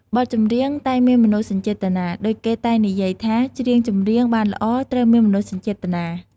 បទចម្រៀងតែងមានមនោសញ្ចេតនា ដូចគេតែងនិយាយថាច្រៀងចម្រៀងបានល្អត្រូវមានមនោសញ្ចេតនា។